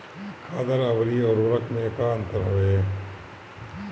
खादर अवरी उर्वरक मैं का अंतर हवे?